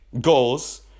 goals